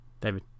David